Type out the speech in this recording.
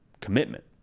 commitment